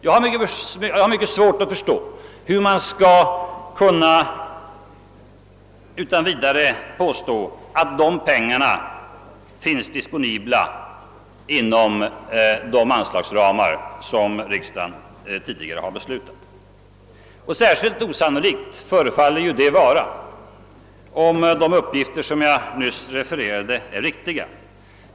Jag har mycket svårt att förstå hur man utan vidare kan påstå att dessa pengar finns disponibla inom de anslagsramar som riksdagen tidigare har fattat beslut om, och särskilt osannolikt förefaller detta att vara om de uppgifter jag nyss refererade är riktiga.